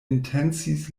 intencis